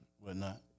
whatnot